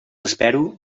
espero